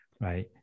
right